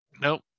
nope